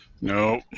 No